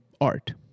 art